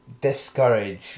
discourage